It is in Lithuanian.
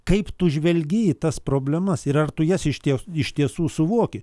kaip tu žvelgi tas problemas ir ar tu jas išties iš tiesų suvoki